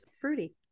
Fruity